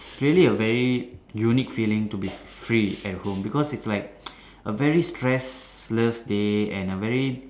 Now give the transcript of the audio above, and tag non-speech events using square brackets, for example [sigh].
really a very unique feeling to be free at home because its like [noise] a very stress less day and a very